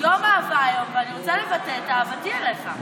יום האהבה היום, ואני רוצה לבטא את אהבתי אליך.